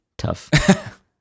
tough